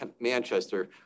manchester